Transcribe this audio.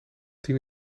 tien